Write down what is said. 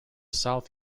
south